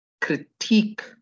critique